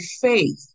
faith